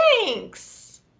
thanks